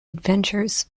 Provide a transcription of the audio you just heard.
adventures